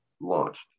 launched